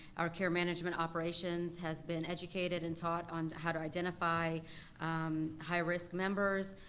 our care management operations has been educated and taught on how to identify high-risk members,